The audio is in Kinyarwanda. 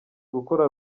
gukora